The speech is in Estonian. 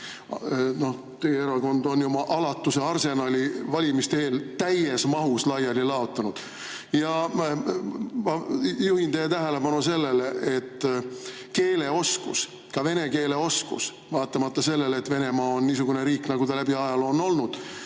Teie erakond on oma alatuse arsenali valimiste eel täies mahus laiali laotanud. Ma juhin teie tähelepanu sellele, et keeleoskus, ka vene keele oskus ei ole häbiasi, vaatamata sellele, et Venemaa on niisugune riik, nagu ta läbi ajaloo on olnud.